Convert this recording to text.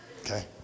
Okay